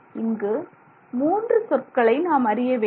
இங்கு 3 சொற்களை நாம் அறிய வேண்டும்